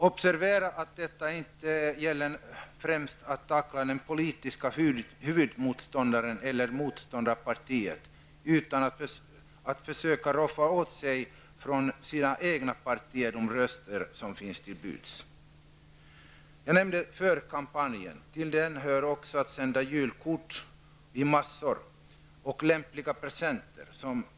Observera att det inte främst gäller att tackla den politiska huvudmotståndaren eller motståndarpartiet, utan det gäller att försöka roffa åt sig från sina egna partikollegor de röster som står till buds. Jag nämnde förkampanjen. Till den hör också att sända julkort i massor och lämpliga presenter.